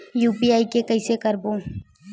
UPI के कइसे करबो?